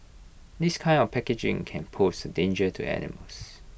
this kind of packaging can pose danger to animals